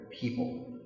people